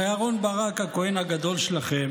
הרי אהרן ברק, הכהן הגדול שלכם,